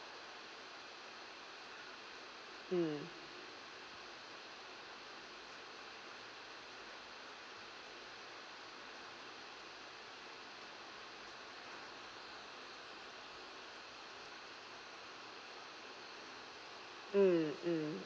mm mm mm